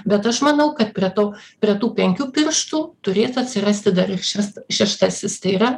bet aš manau kad prie to prie tų penkių pirštų turėtų atsirasti dar šias šeštasis tai yra